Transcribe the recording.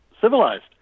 civilized